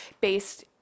based